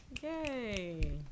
Yay